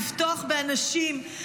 לבטוח באנשים,